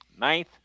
Ninth